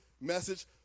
message